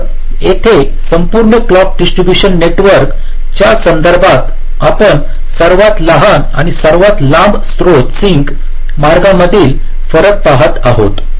तर येथे संपूर्ण क्लॉक डिस्ट्रीब्युशन नेटवर्कच्या संदर्भात आपण सर्वात लहान आणि सर्वात लांब स्त्रोत सिंक मार्गांमधील फरक पहात आहोत